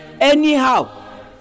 anyhow